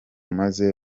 maze